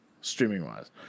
Streaming-wise